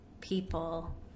people